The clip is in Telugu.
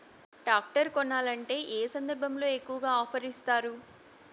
టాక్టర్ కొనాలంటే ఏ సందర్భంలో ఎక్కువగా ఆఫర్ ఇస్తారు?